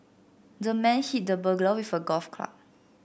the man hit the burglar with a golf club